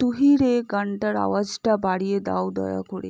তু হি রে গানটার আওয়াজটা বাড়িয়ে দাও দয়া করে